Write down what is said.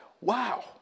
wow